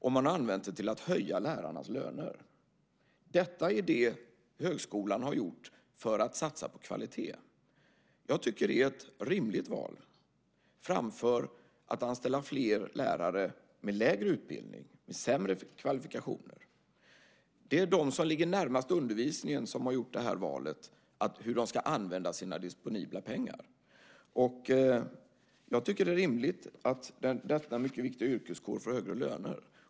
Och man har använt dem till att höja lärarnas löner. Detta är vad högskolan har gjort för att satsa på kvalitet. Jag tycker att det är ett rimligt val, framför att anställa fler lärare med lägre utbildning, med sämre kvalifikationer. Det är de som ligger närmast undervisningen som har gjort valet hur de ska använda sina disponibla pengar. Jag tycker att det är rimligt att denna mycket viktiga yrkeskår får högre löner.